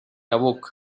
awoke